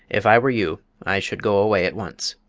if i were you, i should go away at once,